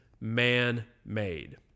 man-made